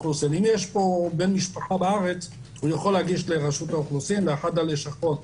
בן משפחה בארץ הוא יכול להגיש לרשות האוכלוסין לאחת הלשכות,